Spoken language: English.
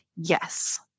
yes